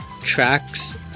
tracks